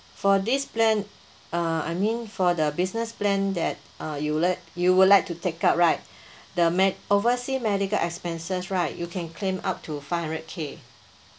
for this plan uh I mean for the business plan that uh you would let uh you would like to take out right the med~ oversea medical expenses right you can claim up to five hundred K